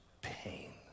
pain